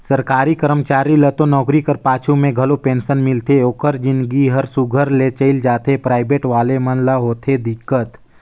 सरकारी करमचारी ल तो नउकरी कर पाछू में घलो पेंसन मिलथे ओकर जिनगी हर सुग्घर ले चइल जाथे पराइबेट वाले मन ल होथे दिक्कत